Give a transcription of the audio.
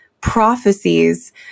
prophecies